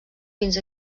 fins